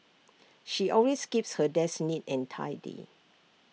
she always keeps her desk neat and tidy